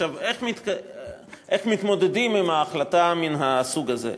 איך מתמודדים עם החלטה מן הסוג הזה?